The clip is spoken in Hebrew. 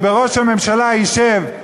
ובראש הממשלה ישב,